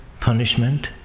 punishment